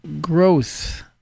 growth